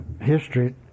history